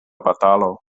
batalo